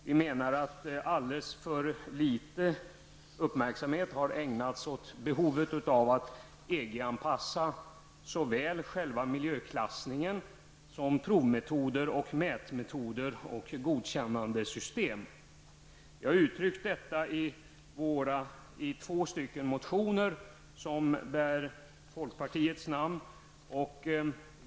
Vi menar att det har ägnats alldeles för litet uppmärksamhet åt behovet av att EG-anpassa såväl själva miljöklassningen som provmetoderna, mätmetoderna och godkännandesystem. Vi har uttryckt detta i två motioner som bär folkpartiets namn.